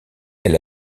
elle